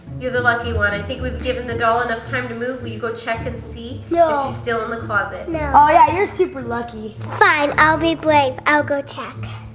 you're the lucky one. i think we've given the doll enough time to move. will you go check and see if she's still in the closet? no. aw yeah, you're super lucky. fine, i'll be brave, i'll go check.